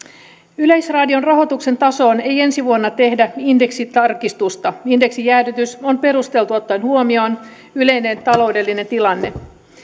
yleisradion rahoituksen tasoon ei ensi vuonna tehdä indeksitarkistusta indeksijäädytys on perusteltu ottaen huomioon yleinen taloudellinen tilanne